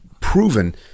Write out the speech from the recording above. proven